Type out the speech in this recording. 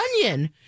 onion